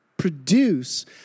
produce